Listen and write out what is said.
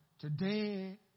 Today